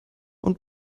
und